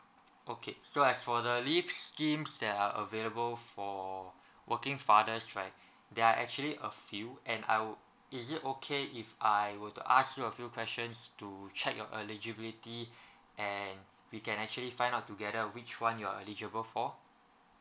okay so as for the leaves schemes that are available for working father's right there are actually a few and I would is it okay if I were to ask you a few questions to check your eligibility and we can actually find out together which one you are eligible for